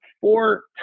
four